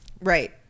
Right